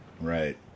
Right